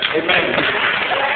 Amen